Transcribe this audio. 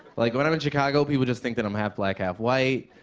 like, when i'm in chicago, people just think that i'm half black, half white.